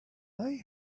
they